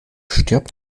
stirbt